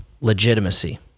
legitimacy